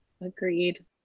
Agreed